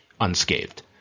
unscathed